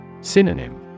Synonym